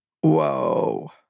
Whoa